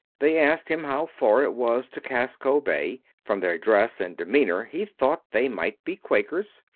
they asked him how far it was to casco bay. from their dress and demeanor he thought they might be quakers,